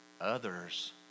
Others